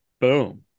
boom